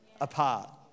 apart